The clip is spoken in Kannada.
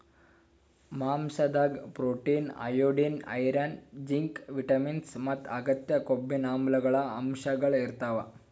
ಮಾಂಸಾದಾಗ್ protein, iodine, iron, zinc, vitamins ಮತ್ತ್ ಅಗತ್ಯ ಕೊಬ್ಬಿನಾಮ್ಲಗಳ್ ಅಂಶಗಳ್ ಇರ್ತವ್